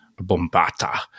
bombata